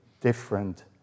different